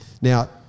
Now